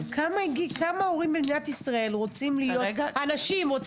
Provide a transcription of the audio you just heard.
כמה אנשים במדינת ישראל רוצים להיות הורים?